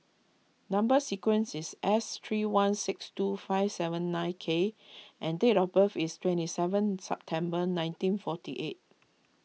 Number Sequence is S three one six two five seven nine K and date of birth is twenty seven September nineteen forty eight